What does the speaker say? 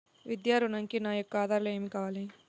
విద్యా ఋణంకి నా యొక్క ఆధారాలు ఏమి కావాలి?